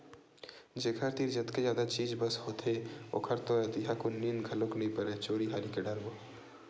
जेखर तीर जतके जादा चीज बस होथे ओखर तो रतिहाकुन नींद घलोक नइ परय चोरी हारी के डर म